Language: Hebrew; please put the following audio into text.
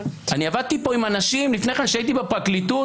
עבדתי פה עם אנשים לפני כן כשהייתי בפרקליטות,